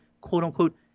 quote-unquote